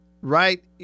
right